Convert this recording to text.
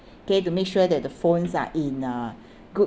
okay to make sure that the phones are in a good